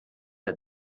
der